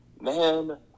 man